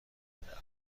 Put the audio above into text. بدهد